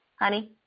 Honey